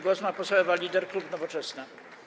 Głos ma poseł Ewa Lieder, klub Nowoczesna.